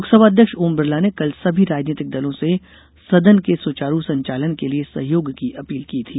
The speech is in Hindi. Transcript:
लोकसभा अध्यक्ष ओम बिरला ने कल सभी राजनीतिक दलों से सदन के सुचारू संचालन के लिए सहयोग की अपील की थी